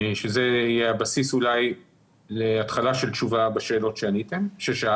שזה יהיה הבסיס אולי להתחלה של תשובה לשאלות ששאלתם.